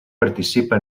participa